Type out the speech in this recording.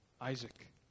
Isaac